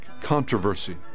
controversy